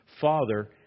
father